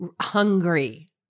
hungry